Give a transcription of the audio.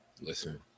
listen